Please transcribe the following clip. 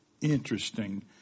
interesting